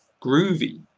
groovy